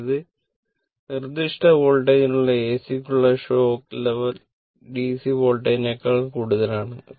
അതായത് നിർദ്ദിഷ്ട വോൾട്ടേജിനുള്ള AC യുടെ ഷോക്ക് ലെവൽ DC വോൾട്ടേജിനെക്കാൾ കൂടുതലാണ്